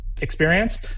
experience